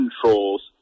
controls